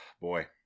boy